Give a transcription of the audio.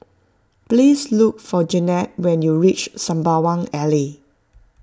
please look for Jennette when you reach Sembawang Alley